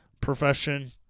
profession